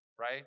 Right